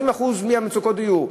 40% ממצוקות הדיור,